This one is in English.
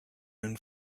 own